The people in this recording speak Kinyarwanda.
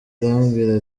arambwira